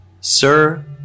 Sir